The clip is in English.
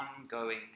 ongoing